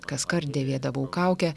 kaskart dėvėdavau kaukę